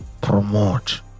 promote